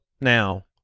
now